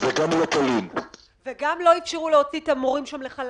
גם לא איפשרו להוציא את המורים שם לחל"ת.